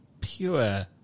pure